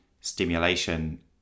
stimulation